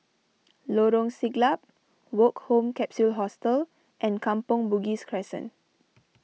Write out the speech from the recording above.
Lorong Siglap Woke Home Capsule Hostel and Kampong Bugis Crescent